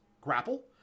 Grapple